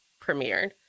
premiered